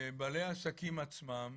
בעלי העסקים עצמם